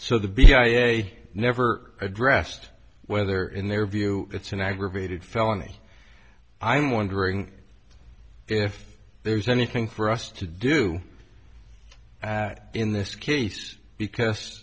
ira never addressed whether in their view it's an aggravated felony i'm wondering if there's anything for us to do in this case because